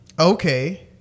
Okay